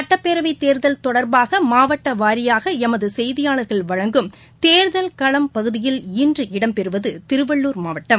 சட்டப்பேரவைத்தேர்தல் தொடர்பாகமாவட்டவாரியாகளமதுசெய்தியாளர்கள் வழங்கும் தேர்தல் களம் பகுதியில் இன்று இடம்பெறுவதுதிருவள்ளுர் மாவட்டம்